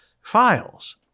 files